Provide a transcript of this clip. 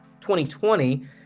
2020